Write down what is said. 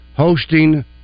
Hosting